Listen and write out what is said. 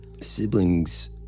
siblings